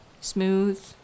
Smooth